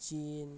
ଚୀନ୍